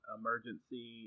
emergency